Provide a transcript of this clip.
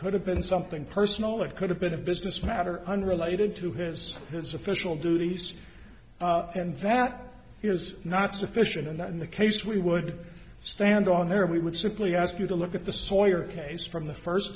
could have been something personal it could have been a business matter unrelated to his his official duties and that he was not sufficient and that in the case we would stand on there we would simply ask you to look at the sawyer case from the first